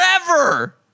Forever